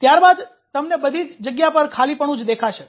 ત્યારબાદ તમને બધી જગ્યા પર ખાલીપણું જ દેખાય છે